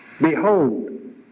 Behold